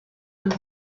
dut